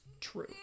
true